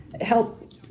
help